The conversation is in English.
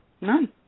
None